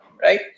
Right